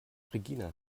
regina